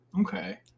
Okay